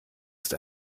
ist